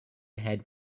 head